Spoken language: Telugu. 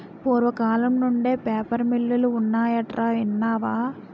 పూర్వకాలం నుండే పేపర్ మిల్లులు ఉన్నాయటరా ఇన్నావా